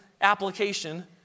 application